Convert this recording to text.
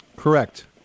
Correct